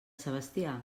sebastià